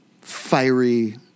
fiery